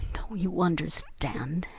you understand?